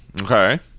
okay